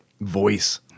voice